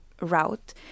Route